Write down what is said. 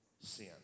sin